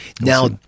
now